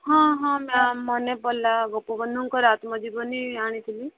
ହଁ ହଁ ମ୍ୟାମ୍ ମନେପଡ଼ିଲା ଗୋପବନ୍ଧୁଙ୍କର ଆତ୍ମଜୀବନୀ ଆଣିଥିଲି